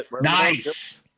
Nice